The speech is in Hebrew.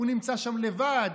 הוא נמצא שם לבד,